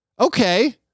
Okay